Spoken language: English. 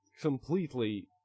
Completely